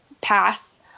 pass